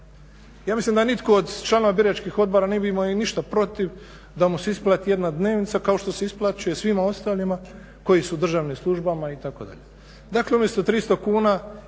Ja mislim da nitko od članova biračkih odbora ne bi imali ništa protiv da mu se isplati jedna dnevnica kao što se isplaćuje svima ostalima koji su u državnim službama, itd. Dakle, umjesto 300 kuna